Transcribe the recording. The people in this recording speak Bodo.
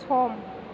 सम